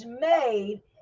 made